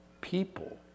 people